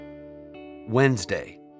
Wednesday